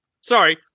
sorry